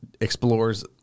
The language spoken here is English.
explores